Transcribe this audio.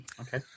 okay